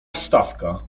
wstawka